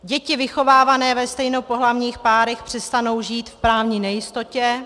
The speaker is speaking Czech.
Děti vychovávané ve stejnopohlavních párech přestanou žít v právní nejistotě.